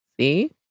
see